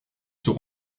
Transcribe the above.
sont